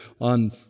on